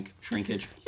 Shrinkage